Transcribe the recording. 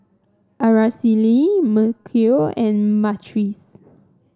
Araceli Mykel and Myrtice